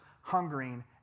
hungering